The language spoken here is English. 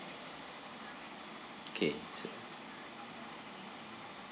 okay